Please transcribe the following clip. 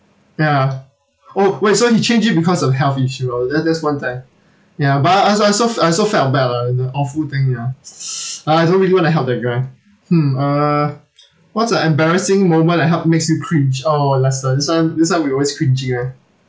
ya oh wait so he change it because of health issue oh that~ that's one time ya but I I also I also I also felt bad lah like the awful thing ya I don't really want to help that guy hmm uh what's an embarrassing moment that help makes you cringe oh lester this one this one we always cringy [one]